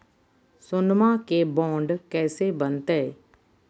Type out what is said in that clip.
सोनमा के बॉन्ड कैसे बनते?